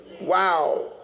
Wow